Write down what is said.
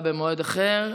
במועד אחר.